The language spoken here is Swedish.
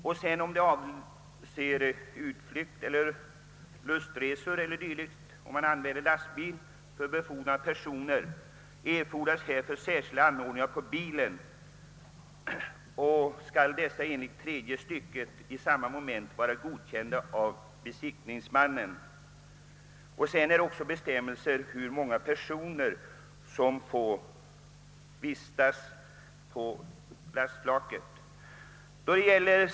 Om det sedan avser utflykter eller lustresor etc., eller om man använder lastbil för befordran av personer erfordras härför särskilda anordningar på bilen, och dessa skall enligt tredje stycket i samma moment vara godkända av besiktningsman. Vidare föreligger bestämmelser för hur många personer som får vistas på lastbilsflaket.